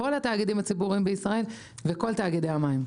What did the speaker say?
כל התאגידים הציבוריים בישראל וכל תאגידי המים.